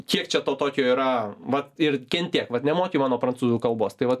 kiek čia tau tokio yra vat ir kentėk vat nemoki mano prancūzų kalbos tai vat